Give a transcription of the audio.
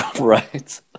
Right